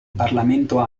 parlamento